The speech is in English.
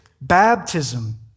baptism